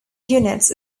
units